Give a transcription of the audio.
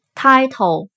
Title